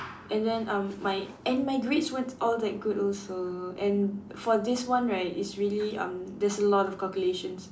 and then um my and my grades weren't all that good also and for this one right it's really um there's a lot of calculations